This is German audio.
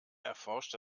erforscht